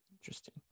interesting